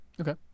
Okay